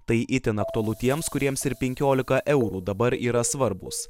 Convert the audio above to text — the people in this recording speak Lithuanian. tai itin aktualu tiems kuriems ir penkiolika eurų dabar yra svarbūs